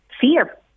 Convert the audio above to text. fear